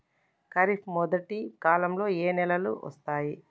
ఖరీఫ్ మొదటి కాలంలో ఏ నెలలు వస్తాయి?